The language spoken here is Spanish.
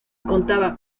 contaba